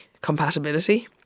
compatibility